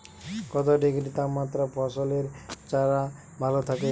কত ডিগ্রি তাপমাত্রায় ফসলের চারা ভালো থাকে?